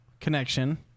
connection